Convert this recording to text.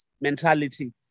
mentality